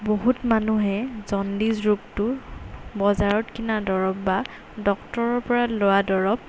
বহুত মানুহে জণ্ডিচ ৰোগটো বজাৰত কিনা দৰৱ বা ডক্তৰৰপৰা লোৱা দৰৱ